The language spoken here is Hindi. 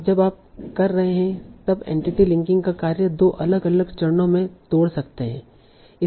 और जब आप कर रहे हैं तब एंटिटी लिंकिंग का कार्य दो अलग अलग चरणों में तोड़ सकते है